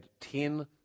ten